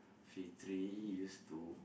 Fitri used to